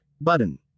button